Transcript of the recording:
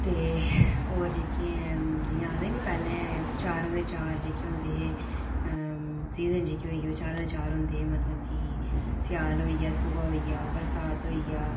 ते होर जेह्की जि'यां आखदे नी पैह्लें चार दे चार जेह्के होंदे हे सीजन जेह्के होई गे ओह् चारे दे चार होंदे हे मतलब कि सेआल होई गेआ सोहा होई गेआ बरसात होई गेआ